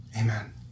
amen